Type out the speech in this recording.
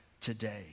today